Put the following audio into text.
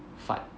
饭